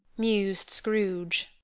mused scrooge.